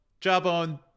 Jawbone